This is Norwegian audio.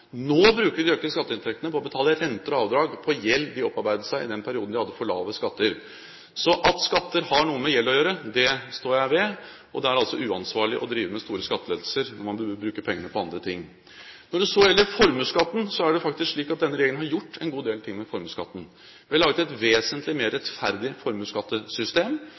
Nå bruker de de økte skatteinntektene til å betale renter og avdrag på gjeld de opparbeidet seg i den perioden de hadde for lave skatter. Så at skatter har noe med gjeld å gjøre, står jeg ved. Det er altså uansvarlig å drive med store skattelettelser når man bruker pengene på andre ting. Når det så gjelder formuesskatten, er det faktisk slik at denne regjeringen har gjort en god del ting med formuesskatten. Vi har laget et vesentlig mer rettferdig formuesskattesystem.